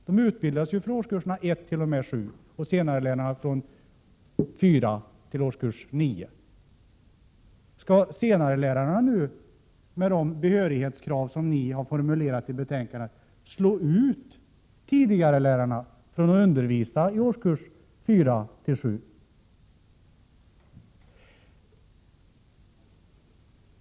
De utbildas för årskurserna 1-7, och senarelärarna för årskurserna 4-9. Skall senarelärarna nu, med de behörighetskrav som ni har formulerat i betänkandet, slå ut tidigarelärarna när det gäller att undervisa i årskurserna 4-7?